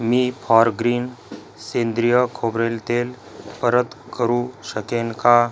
मी Forgreen सेंद्रिय खोबरेल तेल परत करू शकेन का